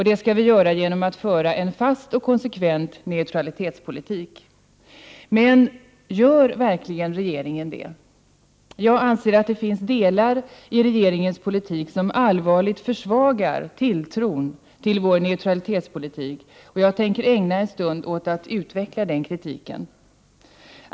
Detta gör vi genom att föra en fast och konsekvent neutralitetspolitik.” Men gör regeringen det? Jag anser att det finns delar i regeringens politik som allvarligt försvagar tilltron till vår neutralitetspolitik, och jag tänker ägna en stund åt att utveckla den kritiken.